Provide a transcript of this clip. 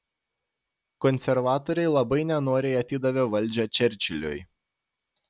konservatoriai labai nenoriai atidavė valdžią čerčiliui